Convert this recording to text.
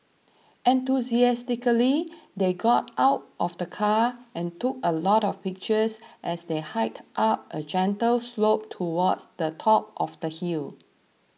enthusiastically they got out of the car and took a lot of pictures as they hiked up a gentle slope towards the top of the hill